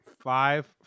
five